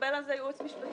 ולקבל על זה ייעוץ משפטי.